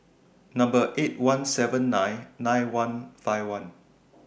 Number eight one seven nine nine one five one